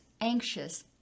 anxious